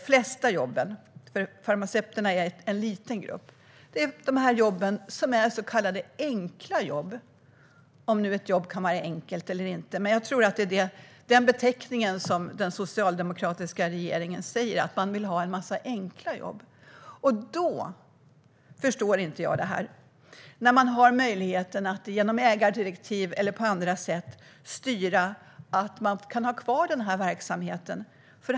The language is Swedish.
Farmaceuterna är en liten grupp, och de flesta jobben är så kallade enkla jobb - om nu ett jobb kan vara enkelt, men jag tror att det är den beteckningen den socialdemokratiska regeringen använder. Man vill ha en massa enkla jobb. Då förstår jag inte detta när man har möjligheten att genom ägardirektiv eller på andra sätt styra så att Falun kan ha kvar denna verksamhet.